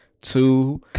two